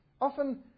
often